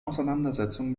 auseinandersetzung